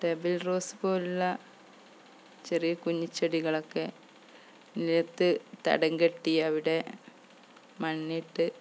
double rose പോലുള്ള ചെറിയ കുഞ്ഞിച്ചെടികളൊക്കെ നിലത്ത് തടംകെട്ടി അവിടെ മണ്ണിട്ട്